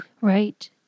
Right